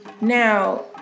now